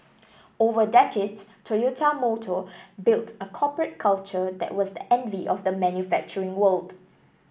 over decades Toyota Motor built a corporate culture that was the envy of the manufacturing world